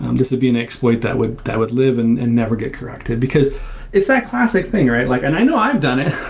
um this would be an exploit that would that would live and and never get corrected. because it's that classic thing, like and i know i've done it.